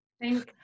Thank